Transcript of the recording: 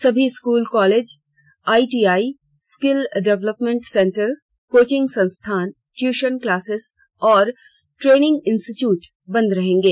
सभी school college ITI skill development centre coaching संस्थान tuition classes और ट्रेनिंग इंस्टिट्यूट बंद रहेगे